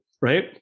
right